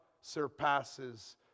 surpasses